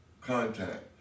contact